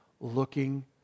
looking